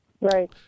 Right